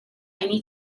need